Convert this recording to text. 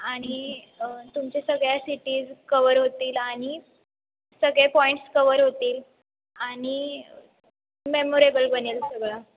आणि तुमचे सगळ्या सिटीज कवर होतील आणि सगळे पॉईंट्स कवर होतील आणि मेमोरेबल बनेल सगळं